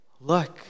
look